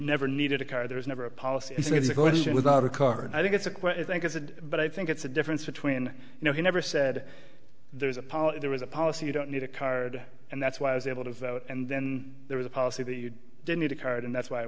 never needed a car there is never a policy without a car and i think it's a queer think i said but i think it's a difference between you know he never said there is a policy there is a policy you don't need a card and that's why i was able to vote and then there was a policy that you don't need a card and that's why i